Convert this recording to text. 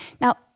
Now